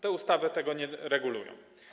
Te ustawy tego nie regulują.